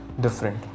different